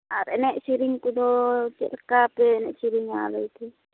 ᱟᱨ ᱮᱱᱮᱡ ᱥᱮᱨᱮᱧ ᱠᱚᱫᱚ ᱪᱮᱫᱞᱮᱠᱟ ᱯᱮ ᱮᱱᱮᱡ ᱥᱮᱨᱮᱧᱟ ᱚᱱᱟ ᱞᱟᱹᱭᱛᱮ